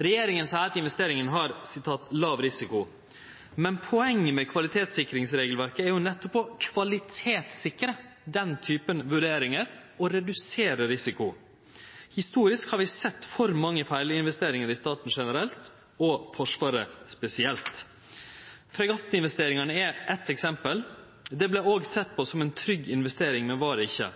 Regjeringa seier at investeringa har «lav risiko», men poenget med kvalitetssikringsregelverket er jo nettopp å kvalitetssikre den typen vurderingar og redusere risiko. Historisk har vi sett for mange feilinvesteringar i staten generelt og i Forsvaret spesielt. Fregatt-investeringane er eitt eksempel. Dette vart òg sett på som ei trygg investering, men var det ikkje.